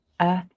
earth